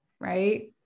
right